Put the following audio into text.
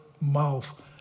mouth